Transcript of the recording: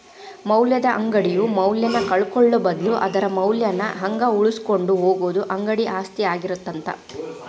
ಮೌಲ್ಯದ ಅಂಗಡಿಯು ಮೌಲ್ಯನ ಕಳ್ಕೊಳ್ಳೋ ಬದ್ಲು ಅದರ ಮೌಲ್ಯನ ಹಂಗ ಉಳಿಸಿಕೊಂಡ ಹೋಗುದ ಅಂಗಡಿ ಆಸ್ತಿ ಆಗಿರತ್ತ